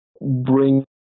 bring